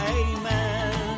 amen